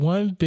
One